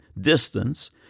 distance